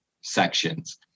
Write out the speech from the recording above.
sections